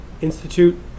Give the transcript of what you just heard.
Institute